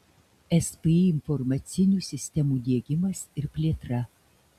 spį informacinių sistemų diegimas ir plėtra